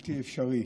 שבלתי אפשרי